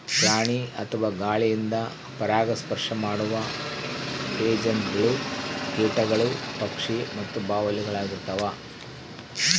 ಪ್ರಾಣಿ ಅಥವಾ ಗಾಳಿಯಿಂದ ಪರಾಗಸ್ಪರ್ಶ ಮಾಡುವ ಏಜೆಂಟ್ಗಳು ಕೀಟಗಳು ಪಕ್ಷಿ ಮತ್ತು ಬಾವಲಿಳಾಗಿರ್ತವ